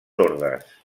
ordes